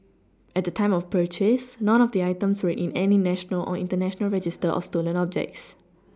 at the time of purchase none of the items were in any national or international register of stolen objects